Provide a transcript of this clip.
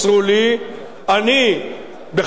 אני, בכמה עשרות פגישות,